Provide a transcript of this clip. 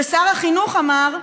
ושר החינוך אמר: